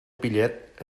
pillet